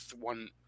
one